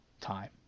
time